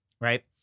right